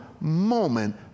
moment